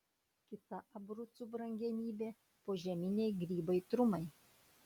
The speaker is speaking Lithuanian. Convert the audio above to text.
kita abrucų brangenybė požeminiai grybai trumai